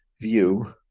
view